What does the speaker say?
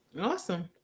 Awesome